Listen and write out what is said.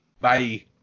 Bye